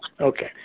Okay